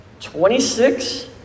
26